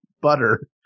butter